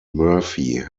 murphy